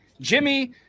Jimmy